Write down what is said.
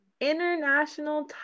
International